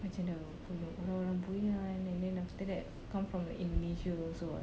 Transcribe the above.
macam orang-orang boyan and then after that come from the indonesia also [what]